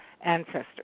ancestors